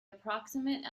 approximate